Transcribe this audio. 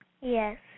Yes